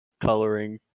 coloring